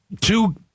two